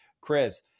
Chris